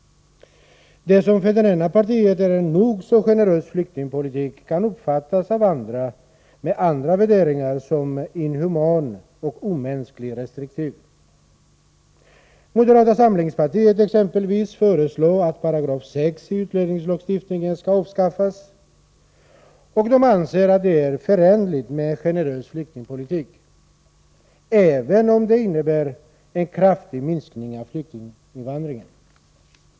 Det som för det ena partiet är en nog så generös flyktingpolitik kan av andra partier, med annorlunda värderingar, uppfattas som inhuman och omänskligt restriktiv. Moderata samlingspartiet exempelvis föreslår att 6§ i utlänningslagstiftningen skall avskaffas, och partiet anser att detta är förenligt med en generös flyktingpolitik, även om det innebär en kraftig minskning av flyktinginvandringen.